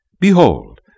Behold